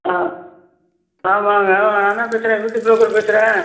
ஆ ஆமாங்க நான் தான் பேசுகிறேன் வீட்டு ப்ரோக்கர் பேசுகிறேன்